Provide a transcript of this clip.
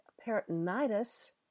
peritonitis